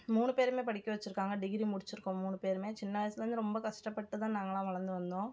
மூணு பேரும் படிக்க வச்சுருக்காங்க டிகிரி முடிச்சுருக்கோம் மூணு பேரும் சின்ன வயசுலேருந்து ரொம்ப கஷ்டப்பட்டு தான் நாங்களாம் வளர்ந்து வந்தோம்